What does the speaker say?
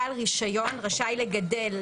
בעל רישיון רשאי לגדל,